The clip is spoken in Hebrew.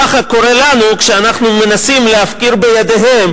כך קורה לנו כשאנחנו מנסים להפקיר בידיהם